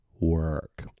work